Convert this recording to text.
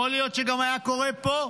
יכול להיות שגם היה קורה פה,